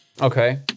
Okay